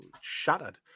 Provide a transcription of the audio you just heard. shattered